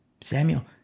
Samuel